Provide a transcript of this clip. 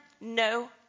no